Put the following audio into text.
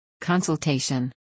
Consultation